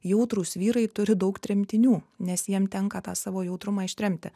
jautrūs vyrai turi daug tremtinių nes jiem tenka tą savo jautrumą ištremti